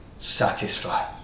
satisfy